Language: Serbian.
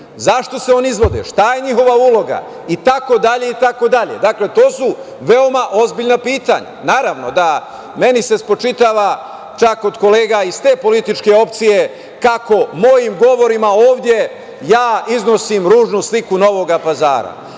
Zašto se oni izvode, šta je njihova uloga itd? Dakle, to su veoma ozbiljna pitanja. Naravno, meni se spočitava čak od kolega iz te političke opcije kako mojim govorima ovde iznosim ružnu sliku Novog Pazara.